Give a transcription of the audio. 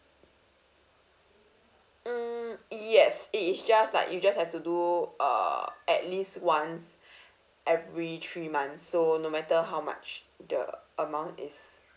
mm yes it is just like you just have to do uh at least once every three months so no matter how much the amount is